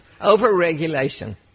Over-regulation